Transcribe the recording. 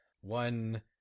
One